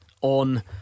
on